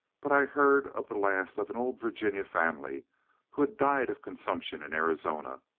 but i heard of the last of an old virginia family who had died of consumption in arizona.